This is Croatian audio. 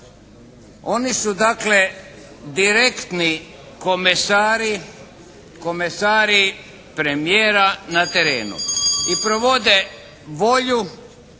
Oni su dakle direktni komesari premijera na terenu i provode volju